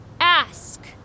ask